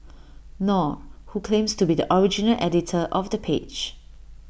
nor who claims to be the original editor of the page